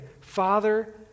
Father